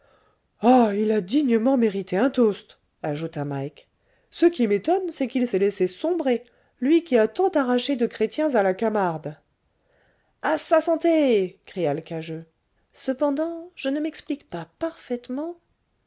ah il a dignement mérité un toast ajouta mike ce qui m'étonne c'est qu'il s'est laissé sombrer lui qui a tant arraché de chrétiens à la camarde a sa santé cria l'cageux cependant je ne m'explique pas parfaitement